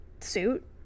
suit